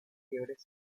fiebres